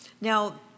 Now